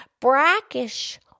brackish